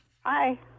Hi